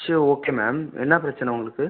சரி okay ma'am என்ன பிரச்சனை உங்களுக்கு